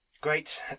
Great